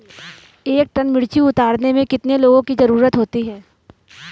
एक टन मिर्ची उतारने में कितने लोगों की ज़रुरत होती है?